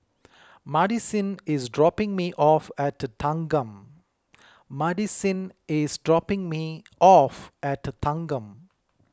Madisyn is dropping me off at Thanggam Madisyn is dropping me off at Thanggam